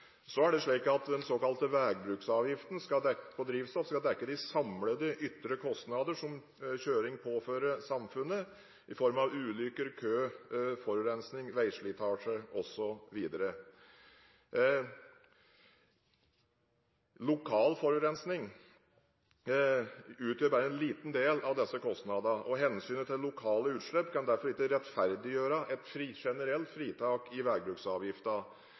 Så er det slik at den såkalte veibruksavgiften på drivstoff skal dekke de samlede ytre kostnader som kjøring påfører samfunnet, i form av ulykker, kø, forurensning, veislitasje, osv. Lokal forurensning utgjør bare en liten del av disse kostnadene, og hensynet til lokale utslipp kan derfor ikke rettferdiggjøre et generelt fritak fra veibruksavgiften. I